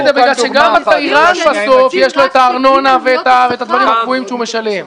גם לתיירן יש את הארנונה ואת הדברים הקבועים שהוא משלם.